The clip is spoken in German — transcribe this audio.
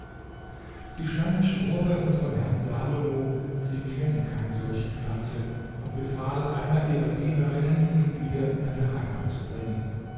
die schlange schwor bei unserm herrn salomo sie kenne keine solche pflanze und befahl einer ihrer dienerinnen ihn wieder in seine heimat zu bringen